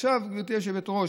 עכשיו, גברתי היושבת-ראש,